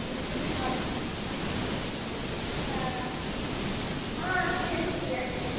विद्युत् अद् हा हा अस्ति अस्ति अस्ति